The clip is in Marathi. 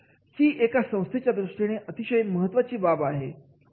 ही एका संस्थेच्या दृष्टीने अतिशय महत्वाची बाब आहे